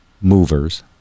movers